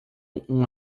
uma